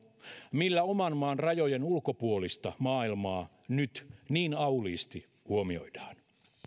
millä oman maan rajojen ulkopuolista maailmaa nyt niin auliisti huomioidaan